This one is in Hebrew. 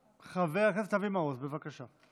חבר הכנסת אבי מעוז, בבקשה.